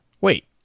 wait